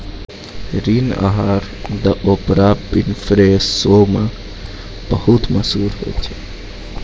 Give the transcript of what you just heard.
ऋण आहार द ओपरा विनफ्रे शो मे बहुते मशहूर होय गैलो छलै